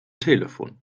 telefon